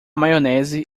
maionese